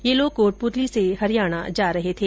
ये लोग कोटपुतली से हरियाणा जा रहे थे